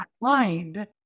mind